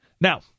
Now